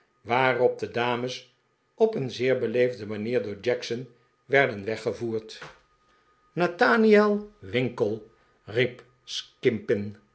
waarop de dames op een zeer beleefde manier door jackson werden weggevoerd nathaniel winkle riep